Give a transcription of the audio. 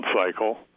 cycle